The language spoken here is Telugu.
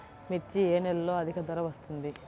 మిర్చి ఏ నెలలో అధిక ధర వస్తుంది?